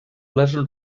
les